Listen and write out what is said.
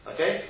Okay